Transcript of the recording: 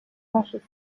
precious